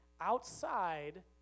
outside